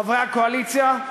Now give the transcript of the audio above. חברי הקואליציה,